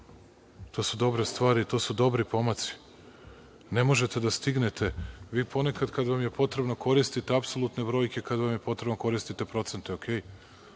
To su dobre stvari, to su dobri pomaci. Ne možete da stignete. Vi ponekad kada vam je potrebno koristiti apsolutne brojke, kada vam je potrebno koristite procente, ok.